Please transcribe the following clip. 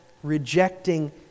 rejecting